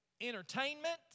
entertainment